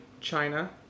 China